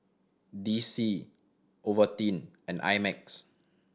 D C Ovaltine and I Max